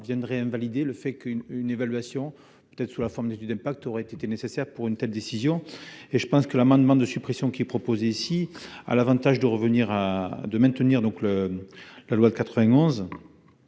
viendrait invalider le fait qu'une une évaluation, peut-être sous la forme d'étude d'impact aurait été nécessaire pour une telle décision et je pense que l'amendement de suppression qui est proposé ici à l'Avantage de revenir à de